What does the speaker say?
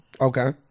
Okay